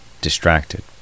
distracted